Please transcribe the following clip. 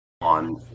On